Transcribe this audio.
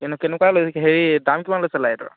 হেৰি দাম কিমান লৈছিলে লাইটৰ